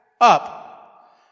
Up